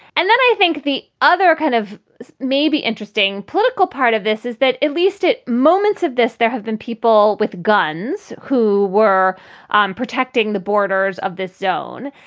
and then i think the other kind of maybe interesting political part of this is that at least at moments of this, there have been people with guns who were um protecting the borders of this zone.